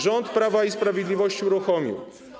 Rząd Prawa i Sprawiedliwości go uruchomił.